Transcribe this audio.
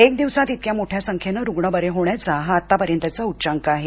एक दिवसात इतक्या मोठ्या संख्येनं रुग्ण बरे होण्याचा हा आत्तापर्यंतचा उच्चांक आहे